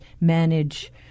manage